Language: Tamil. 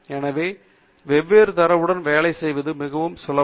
எனவே வெவ்வேறு தரவுடன் வேலை செய்வது மிகவும் சுலபம்